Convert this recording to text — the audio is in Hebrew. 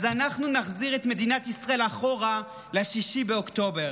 אז אנחנו נחזיר את מדינת ישראל אחורה ל-6 באוקטובר.